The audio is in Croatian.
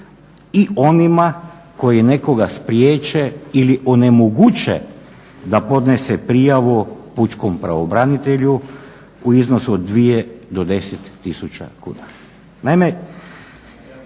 i onima koji nekoga spriječe ili onemoguće da podnese prijavu pučkom pravobranitelju u iznosu od 2000 do 10000 kuna.